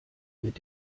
mit